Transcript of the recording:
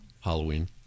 Halloween